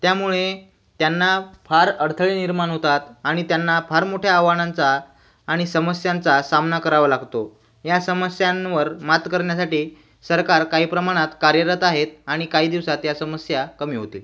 त्यामुळे त्यांना फार अडथळे निर्माण होतात आणि त्यांना फार मोठ्या आव्हानांचा आणि समस्यांचा सामना करावा लागतो या समस्यांवर मात करण्यासाठी सरकार काही प्रमाणात कार्यरत आहेत आणि काही दिवसात या समस्या कमी होतील